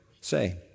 say